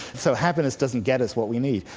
so happiness doesn't get us what we need.